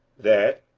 that,